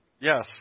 Yes